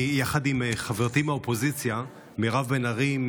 יחד עם חברתי מהאופוזיציה מירב בן ארי,